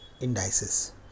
indices